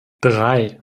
drei